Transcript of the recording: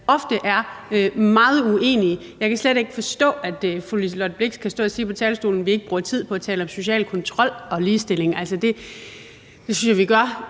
ofte er meget uenige. Jeg kan f.eks. slet ikke forstå, at fru Liselott Blixt kan stå på talerstolen og sige, at vi ikke bruger tid på at tale om social kontrol og ligestilling. Altså, det synes jeg vi gør